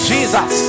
Jesus